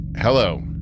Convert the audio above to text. Hello